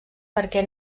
perquè